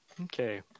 Okay